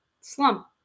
slump